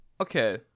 Okay